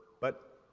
but,